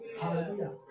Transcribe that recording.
Hallelujah